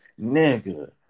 nigga